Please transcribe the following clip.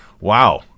Wow